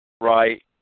right